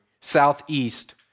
southeast